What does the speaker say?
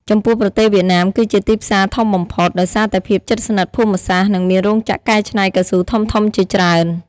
ចំពោះប្រទេសវៀតណាម គឺជាទីផ្សារធំបំផុត ដោយសារតែភាពជិតស្និទ្ធភូមិសាស្ត្រ និងមានរោងចក្រកែច្នៃកៅស៊ូធំៗជាច្រើន។